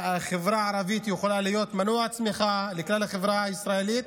החברה הערבית יכולה להיות מנוע צמיחה לכלל החברה הישראלית.